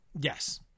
yes